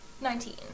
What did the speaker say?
Nineteen